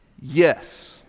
Yes